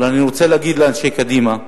אבל אני רוצה להגיד לאנשי קדימה: